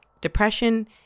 depression